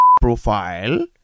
profile